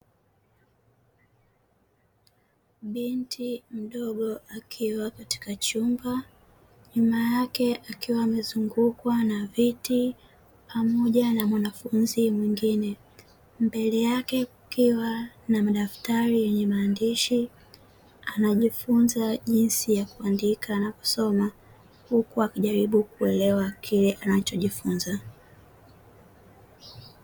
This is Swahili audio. Binti mdogo akiwa katika chumba, nyuma yake akiwa amezungukwa na viti pamoja na mwanafunzi mwingine. Mbele yake kukiwa na madaftari yenye maandishi; anajifunza jinsi ya kuandika na kusoma huku akijaribu kuelewa kile anachojifunza.